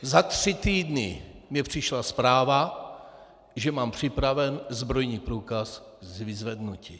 Za tři týdny mně přišla zpráva, že mám připraven zbrojní průkaz k vyzvednutí.